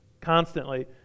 constantly